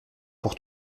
pour